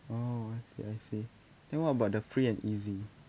oh I see I see then what about the free and easy